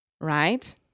right